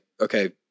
okay